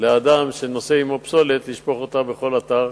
לאדם שנושא עמו פסולת לשפוך אותה בכל אתר